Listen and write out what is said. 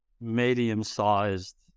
medium-sized